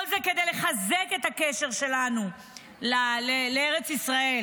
כל זה כדי לחזק את הקשר שלנו לארץ ישראל